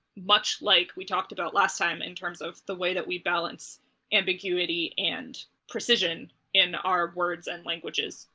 much like we talked about last time in terms of the way that we balance ambiguity and precision in our words and languages,